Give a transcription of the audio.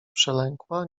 przelękła